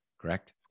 correct